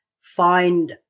find